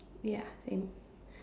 ya same